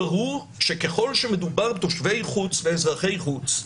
ברור שכשמדובר בתושבי חוץ ואזרחי חוץ,